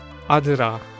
Adra